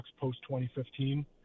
post-2015